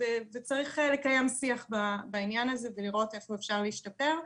צריך לקיים שיח בעניין ולראות איפה אפשר להשתפר.